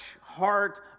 heart